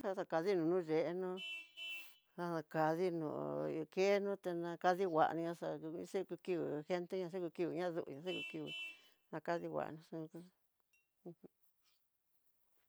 Xaxa kadii nrunu yenú, xaxa kadii no kenó'o te na ka nguani naxa xukei ku kiivi gente ñaxakukingui nadu'ú xakukingui, nakadinguana nanuka ujun.